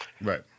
Right